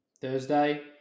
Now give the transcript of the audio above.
Thursday